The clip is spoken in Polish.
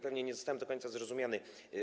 Pewnie nie zostałem do końca zrozumiany.